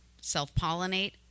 self-pollinate